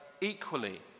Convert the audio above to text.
equally